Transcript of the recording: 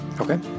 Okay